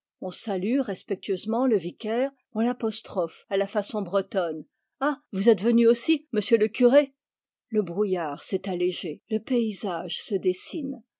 on salue respectueusement le vicaire on l'apostrophe à la façon bretonne ah vous êtes venu aussi monsieur le curé le brouillard s'est allégé le paysage se dessine